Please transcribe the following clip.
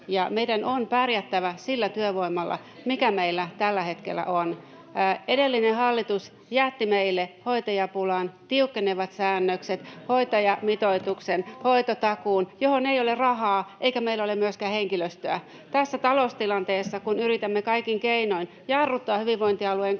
Meidän on pärjättävä sillä työvoimalla, mikä meillä tällä hetkellä on. Edellinen hallitus jätti meille hoitajapulan, tiukkenevat säännökset, hoitajamitoituksen, hoitotakuun, johon ei ole rahaa eikä meillä ole myöskään henkilöstöä. Tässä taloustilanteessa, kun yritämme kaikin keinoin jarruttaa hyvinvointialueiden koko